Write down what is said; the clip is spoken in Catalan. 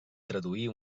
traduir